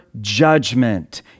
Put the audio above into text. judgment